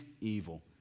evil